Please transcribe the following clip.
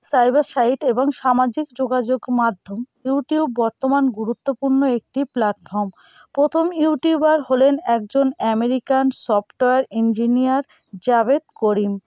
cyber site এবং সামাজিক যোগাযোগ মাধ্যম ইউটিউব বর্তমান গুরুত্বপূর্ণ একটি প্ল্যাটফর্ম প্রথম ইউটিউবার হলেন একজন অ্যামেরিকান সফটওয়্যার ইঞ্জিনিয়ার জাভেদ করিম